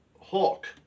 Hulk